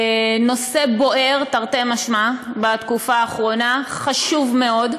נושא בוער, תרתי משמע, בתקופה אחרונה, חשוב מאוד.